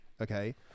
okay